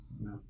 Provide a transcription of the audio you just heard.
No